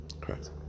Correct